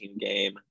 game